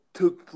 took